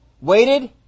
waited